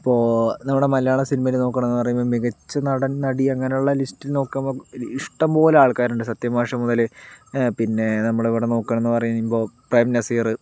ഇപ്പോൾ നമ്മുടെ മലയാള സിനിമയിൽ നോക്കുകയാണെന്നു പറയുമ്പോൾ മികച്ച നടൻ നടി അങ്ങനെയുള്ള ലിസ്റ്റ് നോക്കുമ്പോൾ ഇഷ്ടം പോലെ ആൾക്കാരുണ്ട് സത്യൻ മാഷ് മുതൽ പിന്നെ നമ്മുടെ ഇവിടെ നോക്കുകയാണെന്നു പറയുമ്പോൾ പ്രേം നസീർ